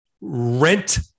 rent